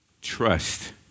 Trust